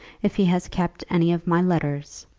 if he has kept any of my letters,